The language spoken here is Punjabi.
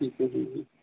ਠੀਕ ਹੈ ਜੀ